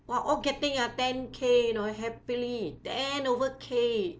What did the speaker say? !wah! all getting ah ten K you know happily ten over K